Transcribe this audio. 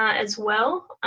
ah as well.